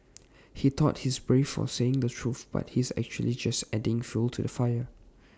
he thought he's brave for saying the truth but he's actually just adding fuel to the fire